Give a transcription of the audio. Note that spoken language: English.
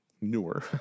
newer